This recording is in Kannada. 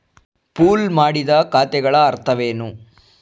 ಪೂಲ್ ಮಾಡಿದ ಖಾತೆಗಳ ಅರ್ಥವೇನು?